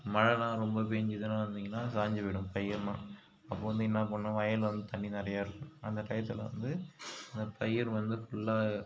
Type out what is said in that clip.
மழைல்லாம் ரொம்ப பெஞ்சிதுன்னா பார்த்தீங்கன்னா சாஞ்சுப் போய்விடும் பயிரெல்லாம் அப்போது வந்து என்ன பண்ணணும் வயலில் வந்து தண்ணி நிறையா இருக்கும் அந்த டைத்தில் வந்து அந்த பயிர் வந்து ஃபுல்லாக